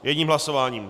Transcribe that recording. Jedním hlasováním.